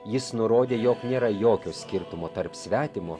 jis nurodė jog nėra jokio skirtumo tarp svetimo